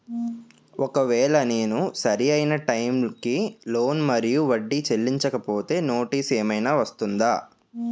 ఒకవేళ నేను సరి అయినా టైం కి లోన్ మరియు వడ్డీ చెల్లించకపోతే నోటీసు ఏమైనా వస్తుందా?